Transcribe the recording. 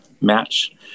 match